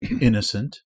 innocent